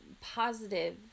positive